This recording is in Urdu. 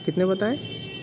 کتنے بتائے